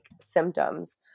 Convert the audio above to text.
symptoms